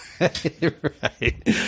Right